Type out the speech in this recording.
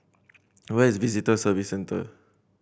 where is Visitor Service Centre